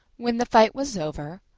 when the fight was over,